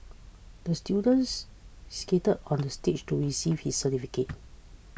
the students skated onto the stage to receive his certificate